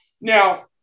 now